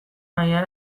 baina